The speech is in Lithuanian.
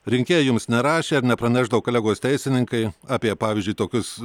rinkėjai jums nerašė ar nepranešdavo kolegos teisininkai apie pavyzdžiui tokius